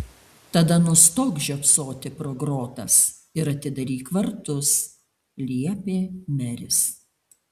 tada nustok žiopsoti pro grotas ir atidaryk vartus liepė meris